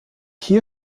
hier